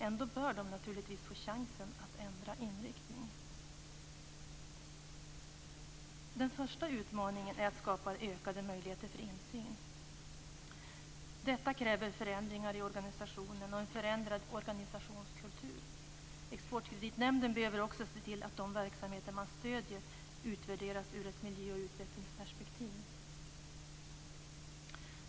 Ändå bör man naturligtvis få chansen att ändra inriktning. Den första utmaningen är att skapa ökade möjligheter för insyn. Detta kräver förändringar i organisationen och en förändrad organisationskultur. Exportkreditnämnden behöver också se till att de verksamheter man stöder utvärderas i ett miljö och utvecklingsperspektiv.